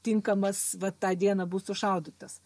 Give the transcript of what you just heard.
tinkamas vat tą dieną bus sušaudytas